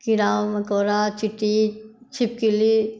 कीड़ा मकोड़ा चींटी छिपकली